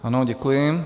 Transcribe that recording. Ano, děkuji.